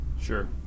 Sure